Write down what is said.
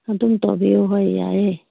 ꯑꯗꯨꯝ ꯇꯧꯕꯤꯌꯣ ꯍꯣꯏ ꯌꯥꯏꯌꯦ